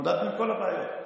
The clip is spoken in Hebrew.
והתמודדנו עם כל הבעיות,